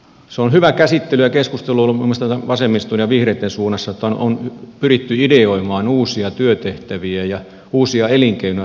se on hyvä käsittely ja keskustelu ollut minun mielestä vasemmiston ja vihreitten suunnassa että on pyritty ideoimaan uusia työtehtäviä ja uusia elinkeinoja sinne maaseudulle